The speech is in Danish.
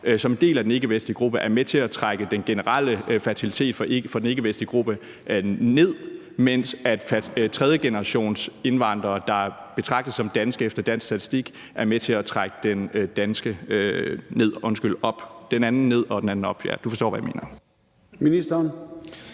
som en del af den ikkevestlige gruppe er med til at trække den generelle fertilitet for den ikkevestlige gruppe ned, mens tredjegenerationsindvandrere, der betragtes som danske efter dansk statistik, er med til at trække den danske fertilitet op? Kl. 16:15 Formanden (Søren Gade): Ministeren.